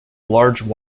large